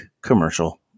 commercial